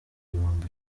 ibihumbi